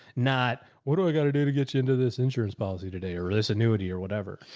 not what do i gotta to do to get you into this insurance policy today or this annuity or whatever.